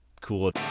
cool